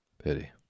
Pity